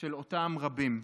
של אותם רבים.